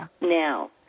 now